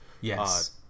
Yes